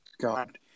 God